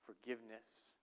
forgiveness